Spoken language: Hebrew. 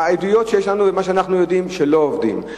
העדויות שיש לנו, ומה שאנחנו יודעים, שלא עובדים.